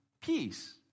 peace